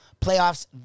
playoffs